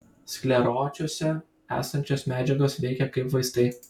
skleročiuose esančios medžiagos veikia kaip vaistai